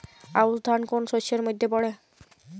আউশ ধান কোন শস্যের মধ্যে পড়ে?